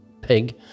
pig